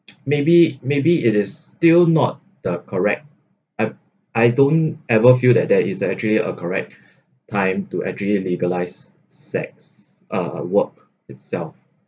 maybe maybe it is still not the correct I I don't ever feel that there is actually a correct time to actually legalise sex uh work itself